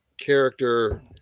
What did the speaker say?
character